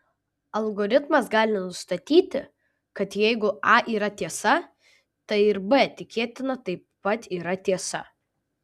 algoritmas gali nustatyti kad jeigu a yra tiesa tai ir b tikėtina taip pat yra tiesa